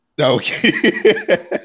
Okay